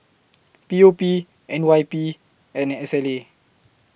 P O P N Y P and S L A